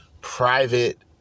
private